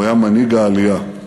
הוא היה מנהיג העלייה.